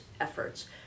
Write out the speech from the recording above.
efforts